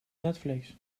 netflix